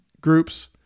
groups